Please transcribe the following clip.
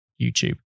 YouTube